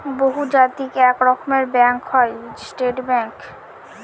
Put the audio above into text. বহুজাতিক এক রকমের ব্যাঙ্ক হয় স্টেট ব্যাঙ্ক